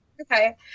Okay